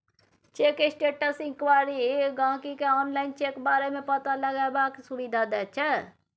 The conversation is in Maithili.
चेक स्टेटस इंक्वॉयरी गाहिंकी केँ आनलाइन चेक बारे मे पता लगेबाक सुविधा दैत छै